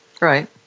Right